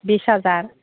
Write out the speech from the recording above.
बिस हाजार